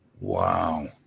Wow